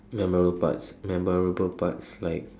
memorial parts memorable parts like